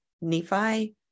Nephi